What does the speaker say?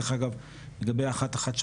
לגבי 118,